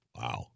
Wow